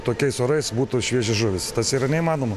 tokiais orais būtų šviežia žuvis tas yra neįmanoma